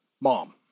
mom